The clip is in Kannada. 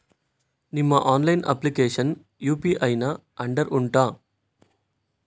ನಿಮ್ಮ ಆನ್ಲೈನ್ ಅಪ್ಲಿಕೇಶನ್ ಯು.ಪಿ.ಐ ನ ಅಂಡರ್ ಉಂಟಾ